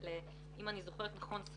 אם אני זוכרת נכון,